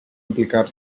aplicar